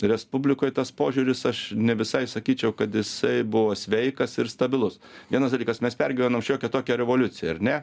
respublikoj tas požiūris aš ne visai sakyčiau kad jisai buvo sveikas ir stabilus vienas dalykas mes pergyvenom šiokią tokią revoliuciją ar ne